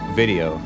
video